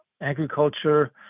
agriculture